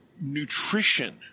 nutrition